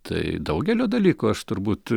tai daugelio dalykų aš turbūt